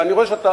אני רואה שאתה,